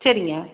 சரிங்க